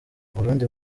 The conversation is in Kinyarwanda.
burundi